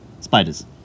Spiders